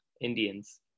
Indians